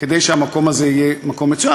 כדי שהמקום הזה יהיה מקום מצוין,